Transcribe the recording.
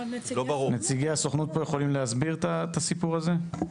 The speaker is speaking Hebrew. נציגי הסוכנות פה יכולים להסביר את הסיפור הזה?